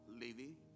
Levy